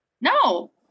No